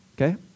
okay